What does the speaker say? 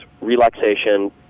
relaxation